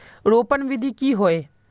रोपण विधि की होय?